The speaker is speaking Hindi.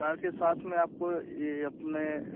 कार के साथ में आपको यह अपने